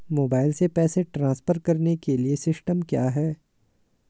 Mobile से पैसे transfer करने के लिए सिस्टम क्या है?